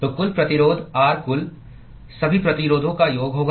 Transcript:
तो कुल प्रतिरोध R कुल सभी प्रतिरोधों का योग होगा